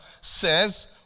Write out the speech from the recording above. says